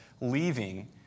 leaving